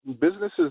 Businesses